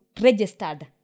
registered